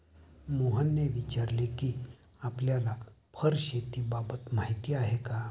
मोहनने विचारले कि आपल्याला फर शेतीबाबत माहीती आहे का?